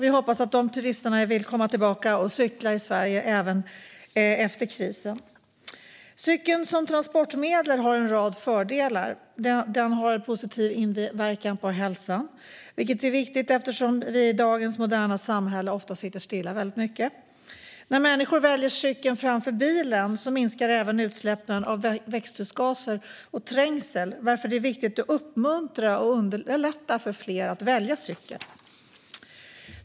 Vi hoppas att de turisterna vill komma tillbaka och cykla i Sverige även efter krisen. Cykeln som transportmedel har en rad fördelar. Den har positiv inverkan på hälsan, vilket är viktigt eftersom vi i dagens moderna samhälle ofta sitter stilla väldigt mycket. När människor väljer cykeln framför bilen minskar även utsläppen av växthusgaser och trängseln, varför det är viktigt att uppmuntra och underlätta för fler att välja cykel.